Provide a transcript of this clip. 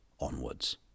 onwards